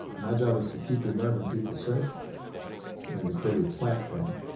my job is to keep the american people safe and to create a platform